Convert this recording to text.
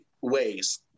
ways